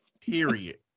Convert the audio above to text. Period